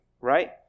right